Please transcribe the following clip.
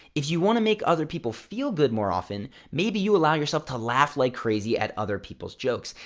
if you want to make other people feel good more often, maybe you allow yourself to laugh like crazy at other people's jokes.